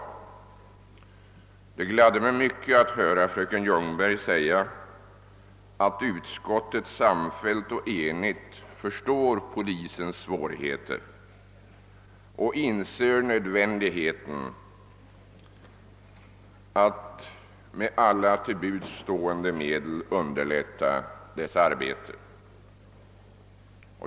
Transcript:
Det gladde mig mycket att höra fröken Ljungberg säga att utskottet helt förstår polisens svårigheter och inser nödvändigheten av att med alla till buds stående medel underlätta polisens arbete.